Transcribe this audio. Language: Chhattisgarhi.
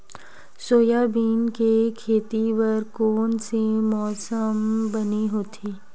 सोयाबीन के खेती बर कोन से मौसम बने होथे?